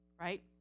right